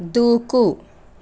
దూకు